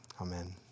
Amen